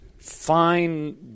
fine